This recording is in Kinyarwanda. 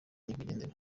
nyakwigendera